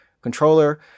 controller